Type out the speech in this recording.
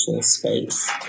space